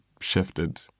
shifted